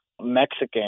Mexican